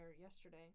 yesterday